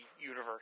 Universe